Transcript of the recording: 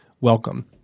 Welcome